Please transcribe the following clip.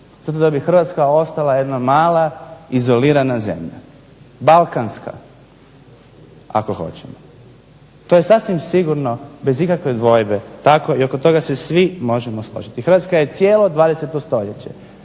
zato da bi Hrvatska ostala jedna mala izolirana zemlja, balkanska ako hoćemo. To je sasvim sigurno, bez ikakve dvojbe tako i oko toga se svi možemo složiti. Hrvatska je cijelo 20. stoljeće